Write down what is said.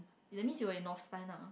ya that means you were in lah